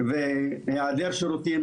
והיעדר של השירותים.